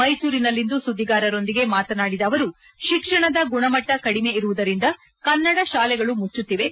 ಮೈಸೂರಿನಲ್ಲಿಂದು ಸುದ್ದಿಗಾರರೊಂದಿಗೆ ಮಾತನಾಡಿದ ಅವರು ಶಿಕ್ಷಣದ ಗುಣಮಟ್ಟ ಕಡಿಮೆ ಇರುವುದರಿಂದ ಕನ್ನಡ ಶಾಲೆಗಲು ಮುಚ್ಚುತ್ತಿವೆ